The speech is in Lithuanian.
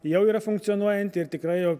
jau yra funkcionuojanti ir tikrai jau